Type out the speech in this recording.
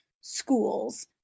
schools